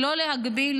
לא להגביל,